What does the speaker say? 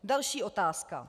Další otázka.